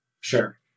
Sure